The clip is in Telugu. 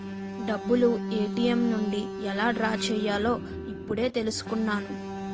డబ్బులు ఏ.టి.ఎం నుండి ఎలా డ్రా చెయ్యాలో ఇప్పుడే తెలుసుకున్నాను